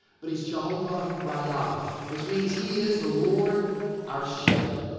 but he's jehovah raah. yeah um which means he is the lord our shepherd.